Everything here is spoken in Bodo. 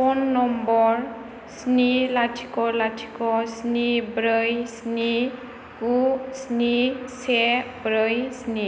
फ'न नम्बर स्नि लाथिख' लाथिख' स्नि ब्रै स्नि गु स्नि से ब्रै स्नि